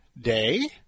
Day